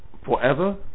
forever